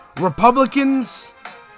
Republicans